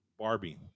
Barbie